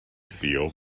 seal